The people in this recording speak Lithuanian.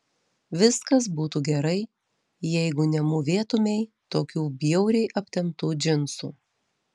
viskas būtų gerai jeigu nemūvėtumei tokių bjauriai aptemptų džinsų